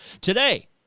Today